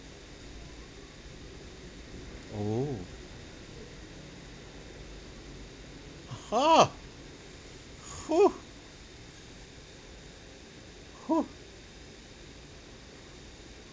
oh hor oo oo